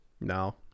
No